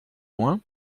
loin